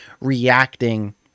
reacting